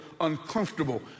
uncomfortable